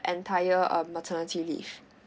entire um maternity leave